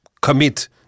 commit